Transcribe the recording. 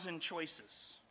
choices